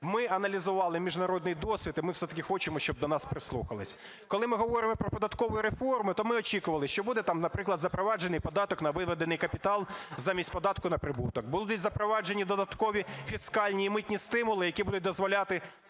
Ми аналізували міжнародний досвід, і ми все-таки хочемо, щоб до нас прислухались. Коли ми говоримо про податкові реформи, то ми очікували, що буде там, наприклад, запроваджений податок на виведений капітал замість податку на прибуток. Будуть запроваджені додаткові фіскальні і митні стимули, які будуть дозволяти